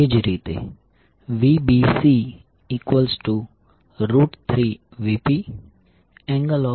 એ જ રીતે Vbc3Vp∠ 90° Vca3Vp∠ 210°